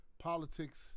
politics